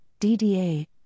DDA